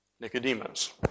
Nicodemus